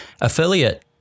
affiliate